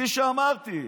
כפי שאמרתי?